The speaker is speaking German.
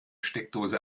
steckdose